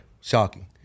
shocking